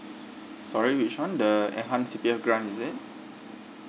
sorry which one the enhanced C_P_F grant is it